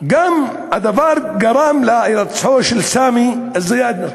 הדבר גם גרם להירצחו של סאמי א-זיאדנה.